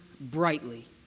brightly